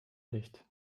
licht